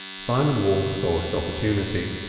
simon wolf saw his opportunity.